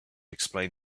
explain